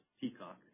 Peacock